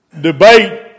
debate